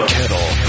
Kettle